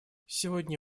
сегодня